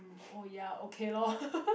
mm oh ya okay lor